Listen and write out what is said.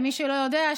למי שלא יודע,